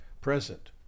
present